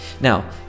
Now